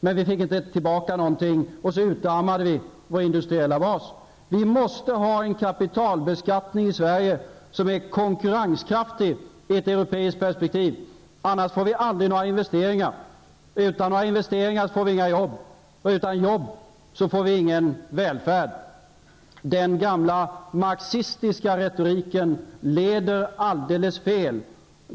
Men vi fick inte tillbaka någonting, och därmed utarmades vår industriella bas. Vi måste i Sverige ha en kapitalbeskattning som är konkurrenskraftig i ett europeiskt perspektiv -- annars får vi aldrig några investeringar. Utan investeringar får vi inte några jobb, och utan jobb får vi ingen välfärd. Den gamla marxistiska retoriken leder alldeles fel.